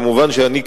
כמובן אני,